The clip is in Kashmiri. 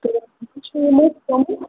تہٕ